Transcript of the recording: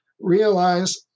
Realize